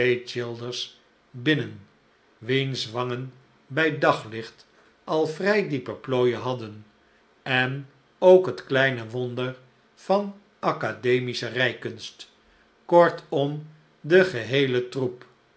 binnen wiens wangen bij daglicht al vrij diepe plooien hadden en ook het kleine wonder van academische rijkunst kortom den geheelen troep